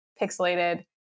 pixelated